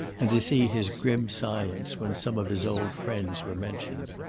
and to see his grim silence when some of his old friends were mentioned.